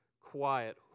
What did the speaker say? quiet